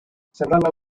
several